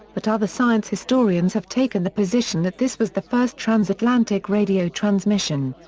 but other science historians have taken the position that this was the first transatlantic radio transmission.